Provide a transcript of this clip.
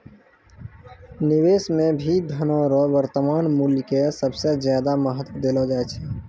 निवेश मे भी धनो रो वर्तमान मूल्य के सबसे ज्यादा महत्व देलो जाय छै